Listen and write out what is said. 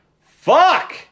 Fuck